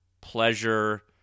pleasure